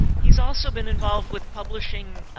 he's also been involved with publishing